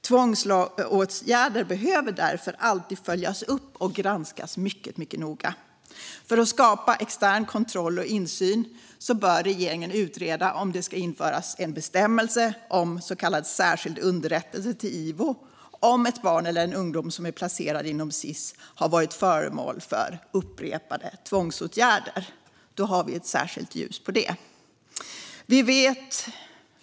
Tvångsåtgärder behöver därför alltid följas upp och granskas mycket noga. För att skapa extern kontroll och insyn bör regeringen utreda om det ska införas en bestämmelse om så kallad särskild underrättelse till Ivo om ett barn eller en ungdom som är placerad inom Sis har varit föremål för upprepade tvångsåtgärder. Då har vi ett särskilt ljus på det.